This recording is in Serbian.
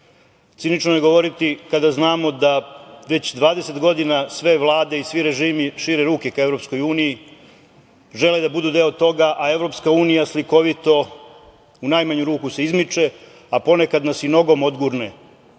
Cinično je govoriti kada znamo da već 20 godina sve vlade i svi režimi šire ruke ka EU, žele da budu deo toga, a EU slikovito u najmanju ruku se izmiče, a ponekad nas i nogom odgurne.